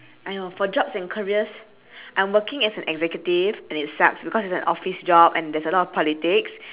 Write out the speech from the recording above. !aiyo! for jobs and careers I'm working as an executive and it sucks because it's an office job and there's a lot of politics